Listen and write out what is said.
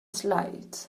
slides